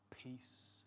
peace